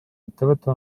ettevõtte